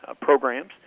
programs